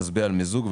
נצביע על מיזוג,